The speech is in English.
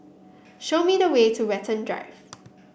show me the way to Watten Drive